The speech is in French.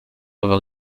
avoir